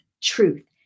truth